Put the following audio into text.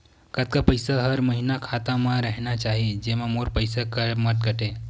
कतका पईसा हर महीना खाता मा रहिना चाही जेमा मोर पईसा मत काटे?